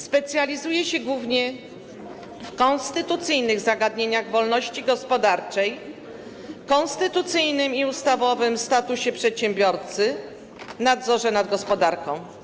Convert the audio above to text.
Specjalizuje się głównie w konstytucyjnych zagadnieniach wolności gospodarczej, konstytucyjnym i ustawowym statusie przedsiębiorcy, nadzorze nad gospodarką.